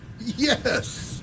Yes